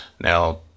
Now